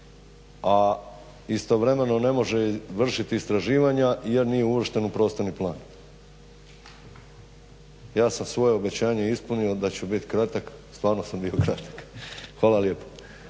a istovremeno ne može vršiti istraživanja jer nije uvršten u prostorni plan. Ja sam svoje obećanje ispunio da ću biti kratak, stvarno sam bio kratak. Hvala lijepo.